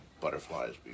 butterflies